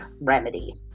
remedy